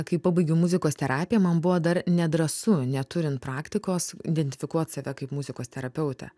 kai pabaigiau muzikos terapiją man buvo dar nedrąsu neturint praktikos identifikuot save kaip muzikos terapeutę